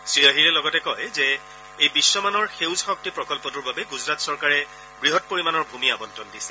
শ্ৰীঅহিৰে লগতে কয় যে এই বিশ্বমানৰ সেউজ শক্তি প্ৰকল্পটোৰ বাবে গুজৰাট চৰকাৰে বৃহৎ পৰিমাণৰ ভূমি আবণ্টন দিছে